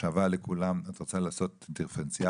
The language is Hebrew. שווה לכולם --- את רוצה לעשות דיפרנציאלי,